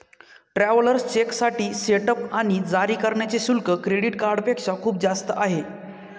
travellers चेकसाठी setup आणि जारी करण्याचे शुल्क क्रेडिट कार्डपेक्षा खूप जास्त आहे